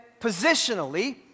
positionally